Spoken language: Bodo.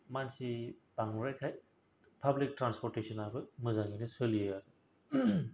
मानसि बांद्राय खाय फाब्लिक ट्रानसफरटेसनाबो मोजाङैनो सोलियो